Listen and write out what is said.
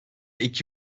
iki